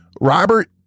Robert